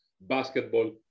basketball